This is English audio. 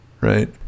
right